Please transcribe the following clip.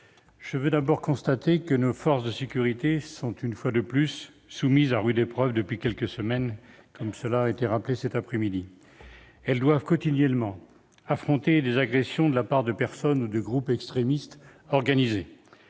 je veux tout d'abord constater que nos forces de sécurité sont une fois de plus soumises à rude épreuve depuis quelques semaines. Elles doivent quotidiennement affronter des agressions de la part de personnes ou de groupes extrémistes organisés.